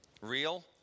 Real